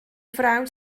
frawd